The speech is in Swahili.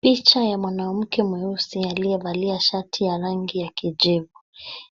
Picha ya mwanamke mweusi aliyevalia shati ya rangi ya kijivu